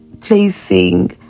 placing